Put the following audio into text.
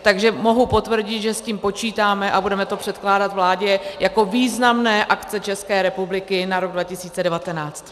Takže mohu potvrdit, že s tím počítáme, a budeme to předkládat vládě jako významnou akci České republiky na rok 2019.